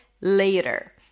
later